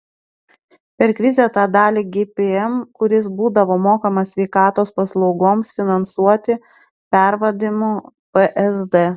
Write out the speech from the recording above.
per krizę tą dalį gpm kuris būdavo mokamas sveikatos paslaugoms finansuoti pervadino psd